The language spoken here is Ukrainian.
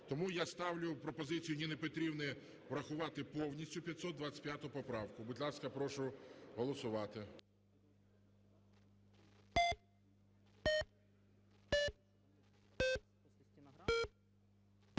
Тому я ставлю пропозицію Ніни Петрівни врахувати повністю 525 поправку. Будь ласка, прошу голосувати.